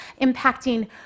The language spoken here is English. impacting